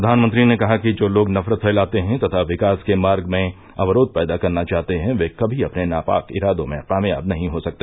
प्रधानमंत्री ने कहा कि जो लोग नफरत फैलाते हैं तथा विकास के मार्ग में अवरोध पैदा करना चाहते हैं वे कभी अपने नापाक इरादों में कामयाब नहीं हो सकते